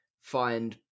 find